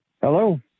Hello